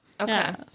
Okay